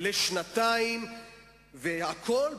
את הדשבורד ואת הצפצפה ואת כל הדברים האלה?